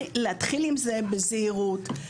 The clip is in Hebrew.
להתחיל עם זה בזהירות,